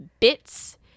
bits